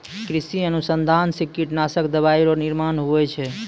कृषि अनुसंधान से कीटनाशक दवाइ रो निर्माण हुवै छै